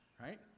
right